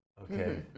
Okay